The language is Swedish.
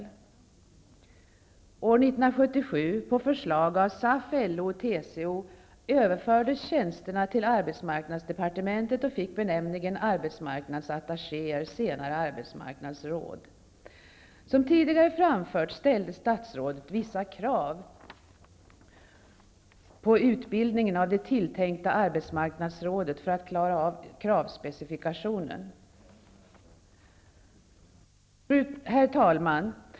År 1977 Som tidigare framförts påpekade statsrådet att det tilltänkta arbetsmarknadsrådets utbildning borde stå i överensstämmelse med en utarbetad kravspecifikation. Herr talman!